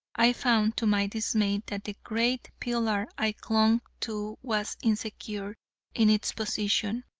i found, to my dismay, that the great pillar i clung to was insecure in its position,